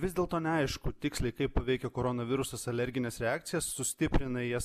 vis dėlto neaišku tiksliai kaip veikia koronavirusas alergines reakcijas sustiprina jas